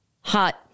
hot